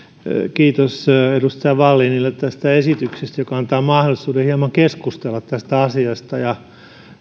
kiitos edustaja wallinille tästä esityksestä joka antaa mahdollisuuden hieman keskustella tästä asiasta